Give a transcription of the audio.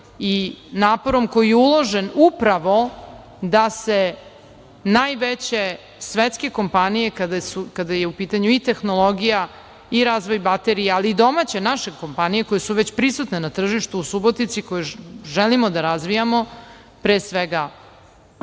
i naporom koji je uložen upravo da se najveće svetske kompanije kada je u pitanju i tehnologija i razvoj baterije, ali i domaće naše kompanije koje su već prisutne na tržištu u Subotici, koje želimo da razvijamo, pre svega